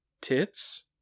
tits